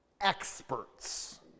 experts